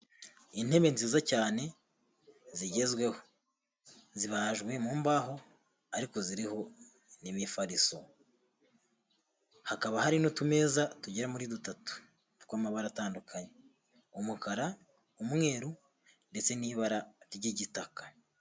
Intebe nziza cyane zigezweho, zibajwe mu mbaho ariko ziriho imifariso. Hakaba hari n'utumeza tugera muri dutatu tw'amabara atandukanye, umukara, umweru ndetse n'ibara ry'igitaka.